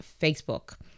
Facebook